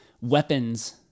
weapons